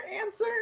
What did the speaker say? answer